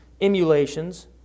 emulations